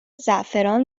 زعفران